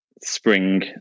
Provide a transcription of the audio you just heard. spring